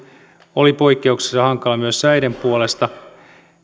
oli poikkeuksellisen hankala myös säiden puolesta